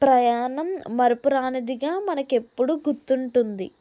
ప్రయాణం మరపురానిదిగా మనకు ఎప్పుడుూ గుర్తుంటుంది